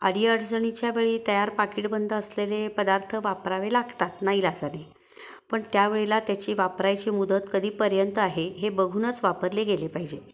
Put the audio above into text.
अडीअडचणीच्या वेळी तयार पाकीट बंद असलेले पदार्थ वापरावे लागतात नाईलाजाने पण त्यावेळेला त्याची वापरायची मुदत कधीपर्यंत आहे हे बघूनच वापरले गेले पाहिजे